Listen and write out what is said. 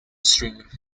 string